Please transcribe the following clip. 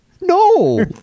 No